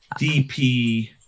DP